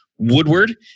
Woodward